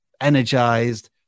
energized